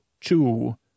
Two